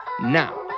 Now